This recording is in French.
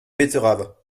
betteraves